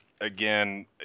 again